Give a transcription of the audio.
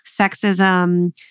sexism